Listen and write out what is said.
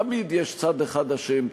תמיד יש צד אחד אשם,